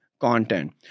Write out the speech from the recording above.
content